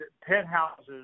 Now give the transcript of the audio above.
penthouses